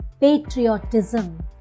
Patriotism